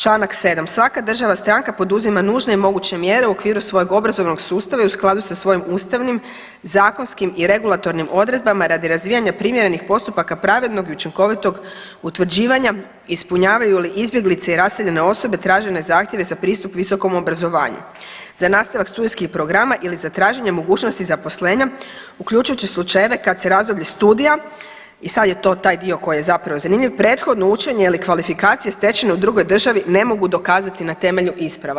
Članak 7. svaka država stanka poduzima nužne i moguće mjere u okviru svojeg obrazovnog sustava i u skladu sa svojim ustavnim, zakonskim i regulatornim odredbama radi razvijanja primjerenih postupaka pravednog i učinkovitog utvrđivanja ispunjavaju li izbjeglice i raseljene osobe tražene zahtjeve za pristup visokom obrazovanju za nastavak studijskih programa ili za traženje mogućnosti zaposlenja uključujući slučajeve kad se razdoblje studija, i sad je to taj dio koji je zapravo zanimljiv, prethodno učenje ili kvalifikacije stečene u drugoj državi ne mogu dokazati na temelju isprava.